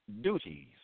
duties